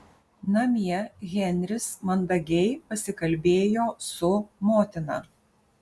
namie henris mandagiai pasikalbėjo su motina